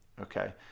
Okay